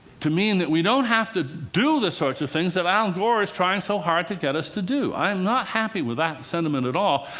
to mean that we don't have to do the sorts of things that al gore is trying so hard to get us to do. i am not happy with that sentiment at all.